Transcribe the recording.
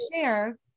share